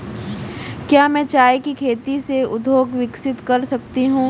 क्या मैं चाय की खेती से उद्योग विकसित कर सकती हूं?